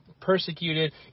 persecuted